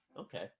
Okay